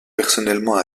personnellement